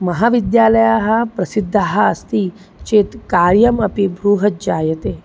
महाविद्यालयः प्रसिद्धः अस्ति चेत् कार्यम् अपि बृहज्जायते